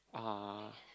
ah